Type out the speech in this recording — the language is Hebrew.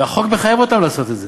והחוק מחייב אותם לעשות את זה.